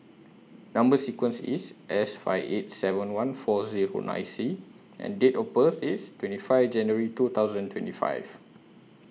Number sequence IS S five eight seven one four Zero nine C and Date of birth IS twenty five January two thousand twenty five